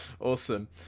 Awesome